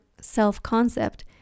self-concept